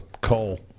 coal